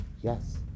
Yes